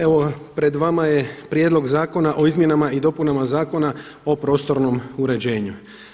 Evo pred vama je Prijedlog zakona o Izmjenama i dopunama Zakona o prostornom uređenju.